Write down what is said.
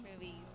movies